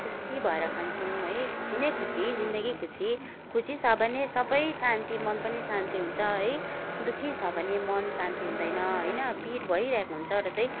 खुसी भएर खान्छौँ है खुसी नै खुसी जिन्दगी खुसी खुसी छ भने सबै सबै शान्ति मन पनि शान्ति हुन्छ है दुःखी छ भने मन शान्ति हुँदैन होइन पिर भइरहेको हुन्छ र चाहिँ